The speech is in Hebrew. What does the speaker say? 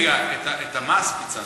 רגע, את המס פיצלת.